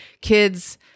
kids